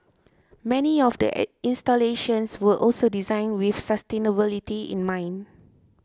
many of the installations were also designed with sustainability in mind